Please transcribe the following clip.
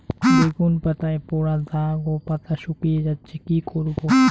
বেগুন পাতায় পড়া দাগ ও পাতা শুকিয়ে যাচ্ছে কি করব?